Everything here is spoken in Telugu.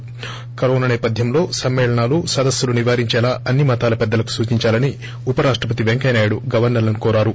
ి కరోనా సేపథ్యంలో సమ్మేళనాలు సదస్సులు నివారించేలా అన్ని మతాల పెద్దలకు సూచించాలని ఉప రాష్టపతి పెంకయ్యనాయుడు గవర్చ ర్లను కోరారు